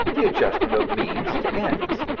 the adjustment of means to ends.